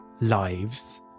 lives